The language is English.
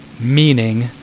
Meaning